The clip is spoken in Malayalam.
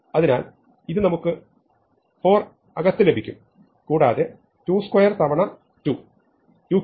അതിനാൽ ഇത് നമുക്ക് 4 അകത്ത് ലഭിക്കും കൂടാതെ 22 തവണ 2 23